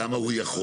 למה הוא יכול?